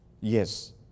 Yes